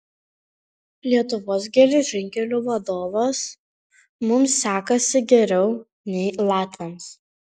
lietuvos geležinkelių vadovas mums sekasi geriau nei latviams